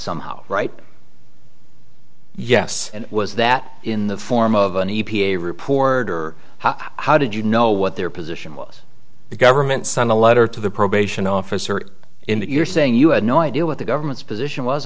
somehow right yes and was that in the form of an e p a report or how did you know what their position was the government sun a letter to the probation officer in that you're saying you had no idea what the government's position was